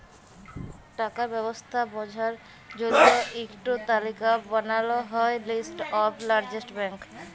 টাকার ব্যবস্থা বঝার জল্য ইক টো তালিকা বানাল হ্যয় লিস্ট অফ লার্জেস্ট ব্যাঙ্ক